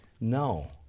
No